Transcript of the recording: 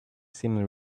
seam